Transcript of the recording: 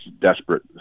desperate